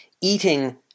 eating –